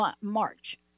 March